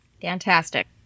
Fantastic